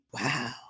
Wow